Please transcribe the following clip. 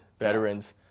veterans